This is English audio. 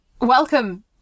welcome